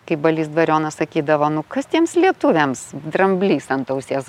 kaip balys dvarionas sakydavo nu kas tiems lietuviams dramblys ant ausies